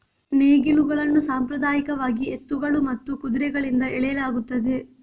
ನೇಗಿಲುಗಳನ್ನು ಸಾಂಪ್ರದಾಯಿಕವಾಗಿ ಎತ್ತುಗಳು ಮತ್ತು ಕುದುರೆಗಳಿಂದ ಎಳೆಯಲಾಗುತ್ತದೆ